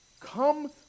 come